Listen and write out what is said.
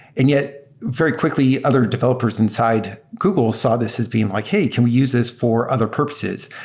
and yet, very quickly, other developers inside google saw this as being like, hey, can we use this for other purposes?